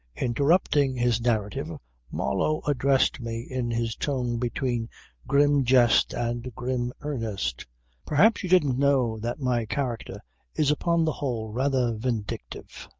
interrupting his narrative marlow addressed me in his tone between grim jest and grim earnest perhaps you didn't know that my character is upon the whole rather vindictive.